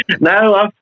No